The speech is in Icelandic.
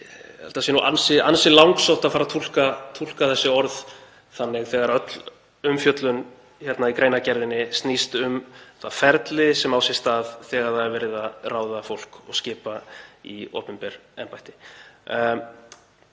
að það sé ansi langsótt að túlka þessi orð þannig þegar öll umfjöllun í greinargerðinni snýst um það ferli sem á sér stað þegar verið er að ráða fólk og skipa í opinber embætti.